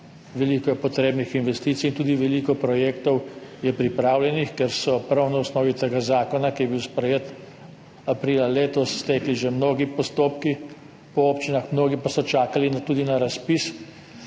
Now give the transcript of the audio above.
veliko je potrebnih investicij in tudi veliko projektov je pripravljenih, ker so prav na osnovi tega zakona, ki je bil sprejet aprila letos, stekli že mnogi postopki po občinah, mnogi pa so čakali tudi na razpis,